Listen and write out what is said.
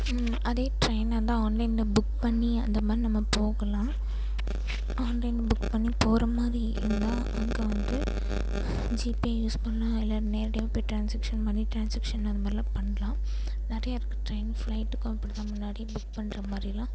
ம் அதே ட்ரெயினாக இருந்தால் ஆன்லைனில் புக் பண்ணி அந்த மாதிரி நம்ப போகலாம் ஆன்லைன் புக் பண்ணி போகற மாதிரி இருந்தால் அங்கே வந்து ஜிபே யூஸ் பண்ணலாம் இல்லை நேரடியாக போய் ட்ரான்ஸ்செக்ஷன் மனி ட்ரான்ஸ்செக்ஷன் அந்த மாதிரிலாம் பண்ணலாம் நிறையா இருக்கு ட்ரெயின் ஃப்ளைட்டுக்கும் அப்படித்தான் முன்னாடி புக் பண்ணுற மாதிரிலாம்